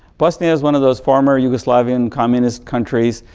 bosnia is one of those former yugoslavia and communist countries.